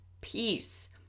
Peace